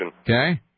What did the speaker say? Okay